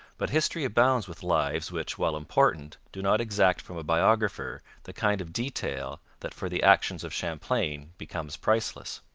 but history abounds with lives which, while important, do not exact from a biographer the kind of detail that for the actions of champlain becomes priceless.